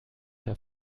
der